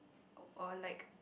or like